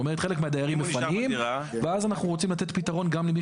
חלק מהדיירים מפנים ואז אנחנו רוצים לתת פתרון גם למי